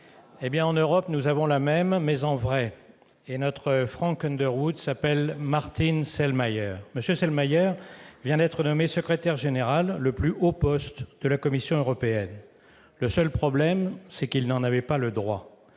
En Europe, nous avons la même, mais en vrai. Et notre Franck Underwood s'appelle Martin Selmayr. M. Selmayr vient d'être nommé secrétaire général, le plus haut poste de la Commission européenne. Le seul problème, c'est qu'il n'en avait pas le droit.